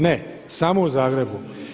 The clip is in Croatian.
Ne, samo u Zagrebu.